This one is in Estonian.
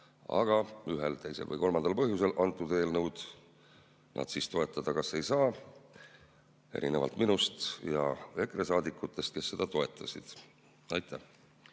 aga ühel, teisel või kolmandal põhjusel antud eelnõu nad toetada ei saa, erinevalt minust ja EKRE saadikutest, kes seda toetasid. Aitäh,